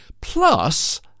Plus